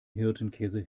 hirtenkäse